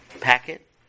packet